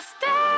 stay